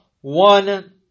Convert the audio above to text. one